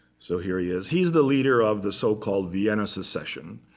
so here he is. he's the leader of the so-called vienna secession.